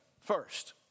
first